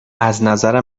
ازنظر